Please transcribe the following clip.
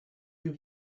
you